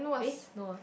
eh no ah